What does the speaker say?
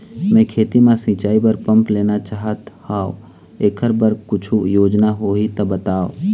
मैं खेती म सिचाई बर पंप लेना चाहत हाव, एकर बर कुछू योजना होही त बताव?